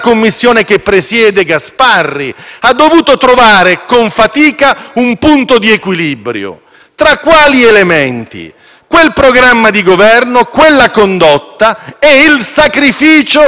Tra quali elementi? Quel programma di Governo, quella condotta e il sacrificio di interessi davvero rilevanti, quali sono quelli riferiti alla libertà delle persone.